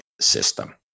system